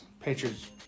Patriots